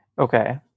Okay